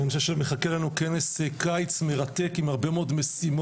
אני חושב שמחכה לנו כנס קיץ מרתק עם הרבה מאוד משימות.